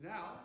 Now